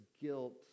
guilt